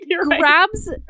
grabs